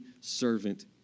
servant